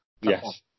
Yes